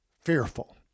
fearful